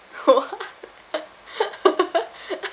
what